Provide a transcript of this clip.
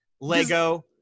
Lego